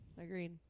Agreed